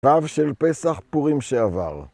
רב של פסח פורים שעבר